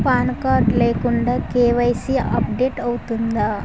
Pan card లేకుండా KYC update అవుతుందా?